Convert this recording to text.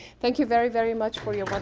thank you very very much for your